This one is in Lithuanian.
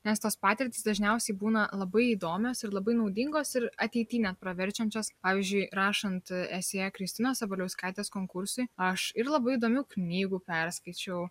nes tos patirtys dažniausiai būna labai įdomios ir labai naudingos ir ateity net praverčiančios pavyzdžiui rašant esė kristinos sabaliauskaitės konkursui aš ir labai įdomių knygų perskaičiau